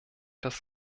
das